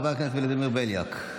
חבר הכנסת ולדימר בליאק.